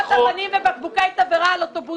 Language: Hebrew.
זריקות אבנים ובקבוקי תבערה על אוטובוסים.